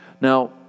now